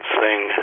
sing